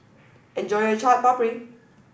enjoy your Chaat Papri